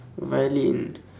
violin